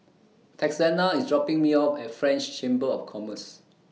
Texanna IS dropping Me off At French Chamber of Commerce